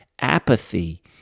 Apathy